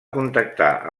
contactar